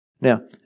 Now